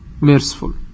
merciful